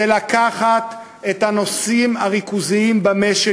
זה לקחת את הנושאים הריכוזיים במשק